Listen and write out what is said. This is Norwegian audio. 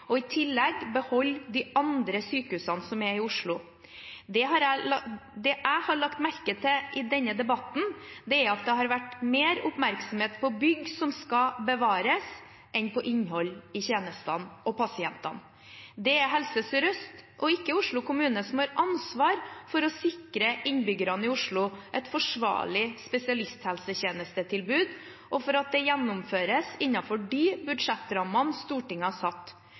og i tillegg beholde de andre sykehusene som er i Oslo. Det jeg har lagt merke til i denne debatten, er at det har vært mer oppmerksomhet på bygg som skal bevares, enn på innhold i tjenestene og på pasientene. Det er Helse Sør-Øst, og ikke Oslo kommune, som har ansvaret for å sikre innbyggerne i Oslo et forsvarlig spesialisthelsetjenestetilbud og for at dette gjennomføres innenfor de budsjettrammene Stortinget har satt.